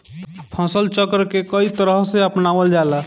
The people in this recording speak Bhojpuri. फसल चक्र के कयी तरह के अपनावल जाला?